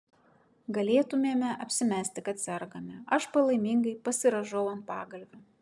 galėtumėme apsimesti kad sergame aš palaimingai pasirąžau ant pagalvių